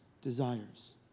desires